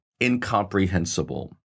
incomprehensible